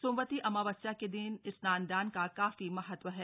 सोमवती अमावस्या के दिन स्नान दान का काफी महत्व है